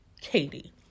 Katie